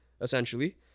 essentially